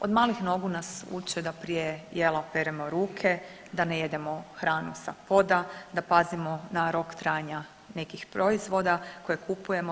Od malih nogu nas uče da prije jela operemo ruke, da ne jedemo hranu sa poda, da pazimo na rok trajanja nekih proizvoda koje kupujemo.